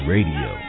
Radio